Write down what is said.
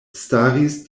staris